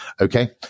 okay